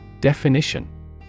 Definition